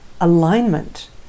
alignment